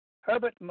Herbert